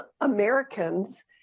Americans